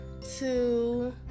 two